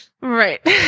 Right